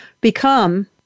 become